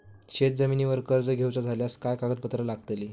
शेत जमिनीवर कर्ज घेऊचा झाल्यास काय कागदपत्र लागतली?